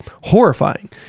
horrifying